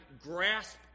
grasp